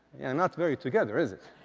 yeah, not very together, is it?